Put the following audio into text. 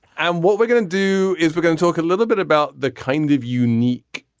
and what we're going to do is we're going to talk a little bit about the kind of unique.